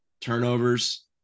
turnovers